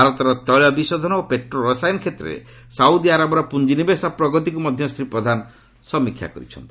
ଭାରତର ତୈଳ ବିଶୋଧନ ଓ ପେଟ୍ରୋ ରସାୟନ କ୍ଷେତ୍ରରେ ସାଉଦି ଆରବର ପୁଞ୍ଜିନିବେଶ ପ୍ରଗତିକୁ ମଧ୍ୟ ଶୀ ପ୍ରଧାନ ସମୀକ୍ଷା କରିଛନ୍ତି